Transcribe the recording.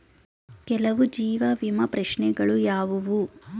ಕೆಲವು ಜೀವ ವಿಮಾ ಪ್ರಶ್ನೆಗಳು ಯಾವುವು?